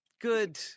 Good